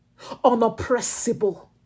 unoppressible